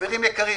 חברים יקרים,